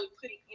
putting